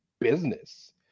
business